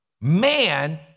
man